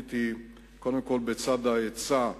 התוכנית בצד ההיצע,